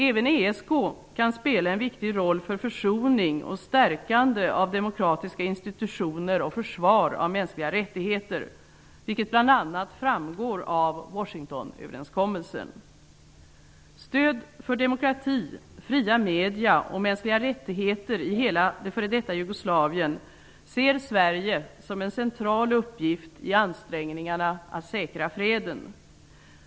Även ESK kan spela en viktig roll för försoning och stärkande av demokratiska institutioner och försvar av mänskliga rättigheter, vilket bl.a. framgår av Stöd för demokrati, fria media och mänskliga rättigheter i hela det f.d. Jugoslavien ser Sverige som en central uppgift i ansträngningarna för att säkra freden.